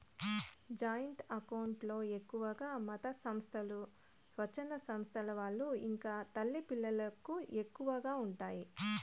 joint account లో ఎక్కువగా మతసంస్థలు, స్వచ్ఛంద సంస్థల వాళ్ళు ఇంకా తల్లి పిల్లలకు ఎక్కువగా ఉంటాయి